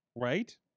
right